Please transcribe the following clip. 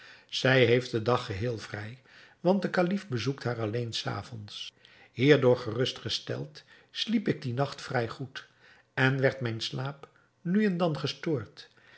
zij heeft den dag geheel vrij want de kalif bezoekt haar alleen s avonds hierdoor gerustgesteld sliep ik dien nacht vrij goed en werd mijn slaap nu en dan gestoord